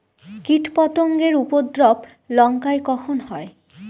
কীটপতেঙ্গর উপদ্রব লঙ্কায় কখন হয়?